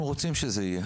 אנחנו רוצים שזה יהיה,